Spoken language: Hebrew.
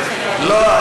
לא.